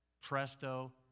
presto